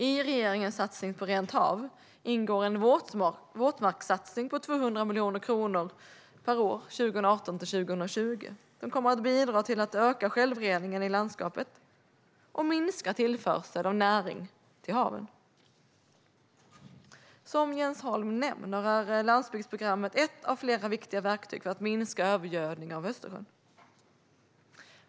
I regeringens satsning på ett rent hav ingår en våtmarkssatsning på 200 miljoner kronor per år 2018-2020 som kommer att bidra till att öka självreningen i landskapet och minska tillförseln av näring till havet. Som Jens Holm nämner är landsbygdsprogrammet ett av flera viktiga verktyg för att minska övergödningen av Östersjön.